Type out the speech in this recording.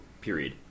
period